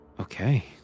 Okay